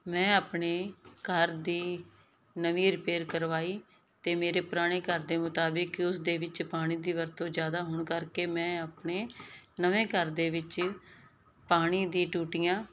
ਮੈਂ ਆਪਣੇ ਘਰ ਦੀ ਨਵੀਂ ਰਿਪੇਅਰ ਕਰਵਾਈ ਅਤੇ ਮੇਰੇ ਪੁਰਾਣੇ ਘਰ ਦੇ ਮੁਤਾਬਿਕ ਉਸ ਦੇ ਵਿੱਚ ਪਾਣੀ ਦੀ ਵਰਤੋਂ ਜ਼ਿਆਦਾ ਹੋਣ ਕਰਕੇ ਮੈਂ ਆਪਣੇ ਨਵੇਂ ਘਰ ਦੇ ਵਿੱਚ ਪਾਣੀ ਦੀ ਟੂਟੀਆਂ